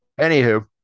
Anywho